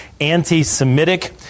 anti-Semitic